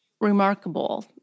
remarkable